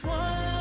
one